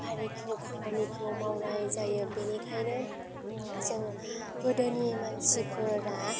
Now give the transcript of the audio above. आरिखौ खामानिखौ मावनाय जायो बेनिखायनो जों गोदोनि मानसिफोरा